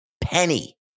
penny